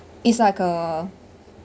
it's like a